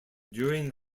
during